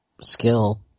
skill –